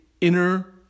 inner